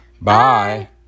bye